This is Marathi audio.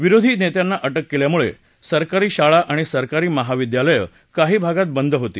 विरोधी नेत्यांना अटक केल्यामुळे सरकारी शाळा आणि सरकारी महाविद्यालयं काही भागात बंद होती